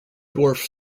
dwarf